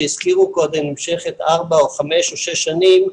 שהזכירו קודם שנמשכת ארבע או חמש או שש שנים,